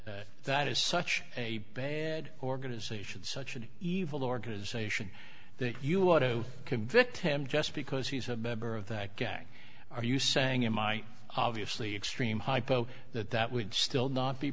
else that is such a bad organization such an evil organization think you want to convict him just because he's a member of that gang are you saying in my obviously extreme hypo that that would still not be